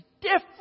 different